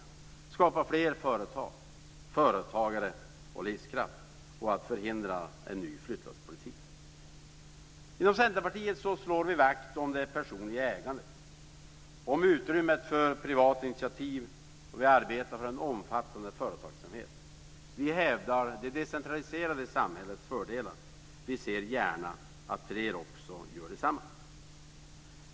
Man måste skapa fler företag, företagare och livskraft och förhindra en ny flyttlasspolitik. Inom Centerpartiet slår vi vakt om det personliga ägandet, om utrymmet för privata initiativ, och vi arbetar för en omfattande företagsamhet. Vi hävdar det decentraliserade samhällets fördelar. Vi ser gärna att fler också gör detsamma.